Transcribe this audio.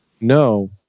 no